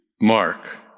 mark